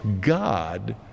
God